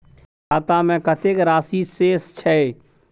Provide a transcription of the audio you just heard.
हमर खाता में कतेक राशि शेस छै?